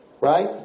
right